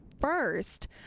first